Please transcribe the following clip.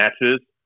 matches